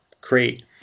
create